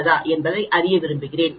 என்பதை அறிய விரும்புகிறேன்